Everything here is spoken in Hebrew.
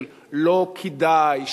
של "לא כדאי",